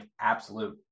absolute